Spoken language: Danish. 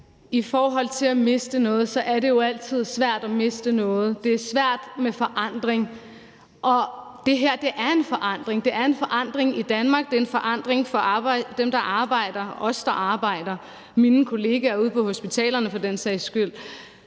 I forhold til det med at miste noget er det jo altid svært at miste noget. Det er svært med forandring, og det her er en forandring. Det er en forandring i Danmark, det er en forandring for dem, der arbejder – os, der arbejder, mine kollegaer ude på hospitalerne for den sags skyld.